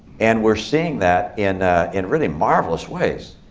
and we're seeing that in in really marvelous ways,